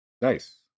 Nice